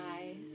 eyes